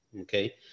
Okay